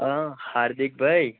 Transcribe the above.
હં હાર્દિક ભાઈ